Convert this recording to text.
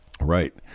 Right